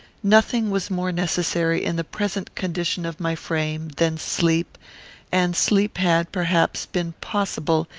nothing was more necessary, in the present condition of my frame than sleep and sleep had, perhaps, been possible,